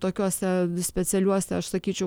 tokiuose specialiuose aš sakyčiau